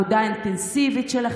אני רואה את העבודה האינטנסיבית שלכם.